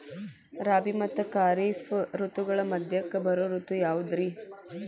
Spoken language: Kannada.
ರಾಬಿ ಮತ್ತ ಖಾರಿಫ್ ಋತುಗಳ ಮಧ್ಯಕ್ಕ ಬರೋ ಋತು ಯಾವುದ್ರೇ?